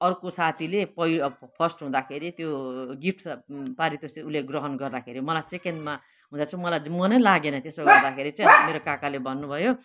अर्को साथीले पै फर्स्ट हुदाँखेरि त्यो गिफ्टस् सब पारितोषिक उसले ग्रहण गर्दाखेरि मलाई सेकेन्डमा हुन चाहिँ मलाई चाहिँ मनै लागेन त्यसो हुँदाखेरि चाहिँ मेरो काकाले भन्नुभयो